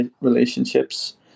relationships